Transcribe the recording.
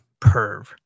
Perv